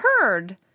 heard